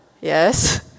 Yes